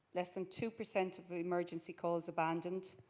less than two percent of emergency calls abandoned.